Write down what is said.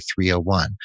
301